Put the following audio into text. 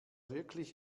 wirklich